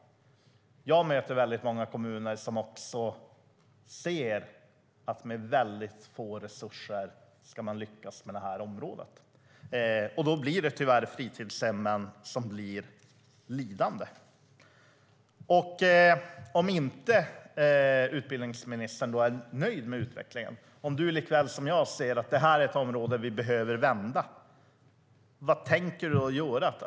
Jag möter många kommuner som ser att de med väldigt få resurser ska lyckas med det här området. Då blir det tyvärr fritidshemmen som blir lidande. Om inte utbildningsministern är nöjd med utvecklingen, om du liksom jag ser att det är ett område där vi behöver vända utvecklingen, vad tänker du göra?